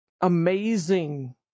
amazing